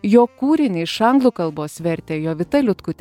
jo kūrinį iš anglų kalbos vertė jovita liutkutė